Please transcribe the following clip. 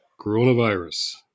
coronavirus